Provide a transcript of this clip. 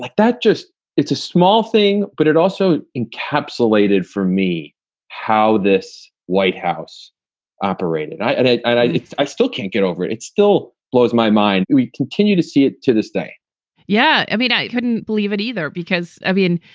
like that just it's a small thing, but it also encapsulated for me how this white house operated. i i still can't get over it. it still blows my mind. we continue to see it to this day yeah. every night. i couldn't believe it either either because, i mean,